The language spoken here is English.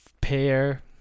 pair